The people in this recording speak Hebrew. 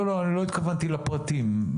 לא התכוונתי לפרטים.